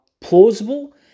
plausible